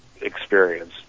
experience